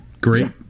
Great